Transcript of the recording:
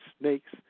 snakes